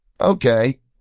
Okay